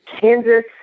Kansas